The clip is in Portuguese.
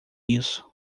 isso